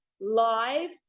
live